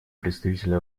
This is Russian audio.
представителя